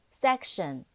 section